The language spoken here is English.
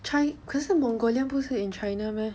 可是 mongolian 不是 in china meh